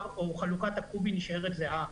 חלוקת הקו"ב נשארת זהה,